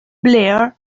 blair